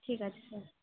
ঠিক আছে স্যার